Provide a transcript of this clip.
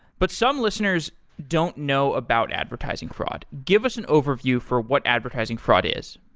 but some listeners don't know about advertising fraud. give us an overview for what advertising fraud is.